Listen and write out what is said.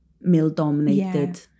male-dominated